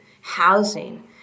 housing